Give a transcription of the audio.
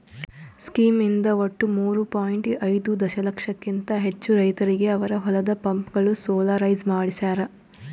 scheme ಇಂದ ಒಟ್ಟು ಮೂರೂ ಪಾಯಿಂಟ್ ಐದೂ ದಶಲಕ್ಷಕಿಂತ ಹೆಚ್ಚು ರೈತರಿಗೆ ಅವರ ಹೊಲದ ಪಂಪ್ಗಳು ಸೋಲಾರೈಸ್ ಮಾಡಿಸ್ಯಾರ್